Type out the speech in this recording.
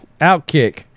Outkick